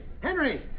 Henry